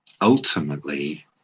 ultimately